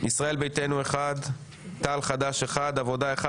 ישראל ביתנו אחד, תע"ל-חד"ש אחד, העבודה אחד.